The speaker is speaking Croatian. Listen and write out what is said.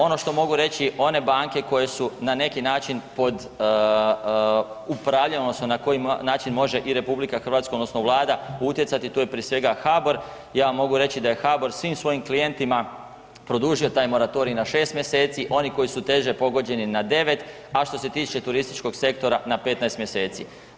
Ono što mogu reći, one banke koje su na neki način pod upravljanjem odnosno na koji način može i RH odnosno vlada utjecati, tu je prije svega HBOR, ja mogu reći da je HBOR svim svojim klijentima produžio taj moratorij na 6 mjeseci, oni koji su teže pogođeni na 9, a što se tiče turističkog sektora na 15 mjeseci.